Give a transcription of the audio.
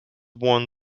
worn